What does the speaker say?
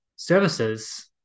services